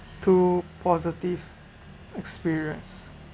two positive experience